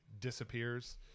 disappears